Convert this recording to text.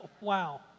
Wow